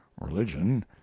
religion